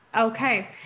Okay